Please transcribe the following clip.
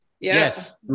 Yes